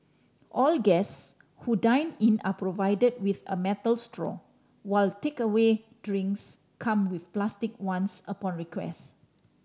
all guest who dine in are provided with a metal straw while takeaway drinks come with plastic ones upon request